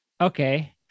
okay